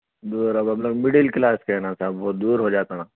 دور ہے مطلب مڈل کلاس کے ہے نا صاحب وہ دور ہو جاتا ہے نا